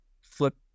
flip